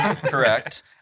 Correct